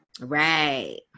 Right